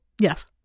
Yes